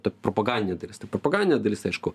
ta propagandinė dalis tai propagandinė dalis tai aišku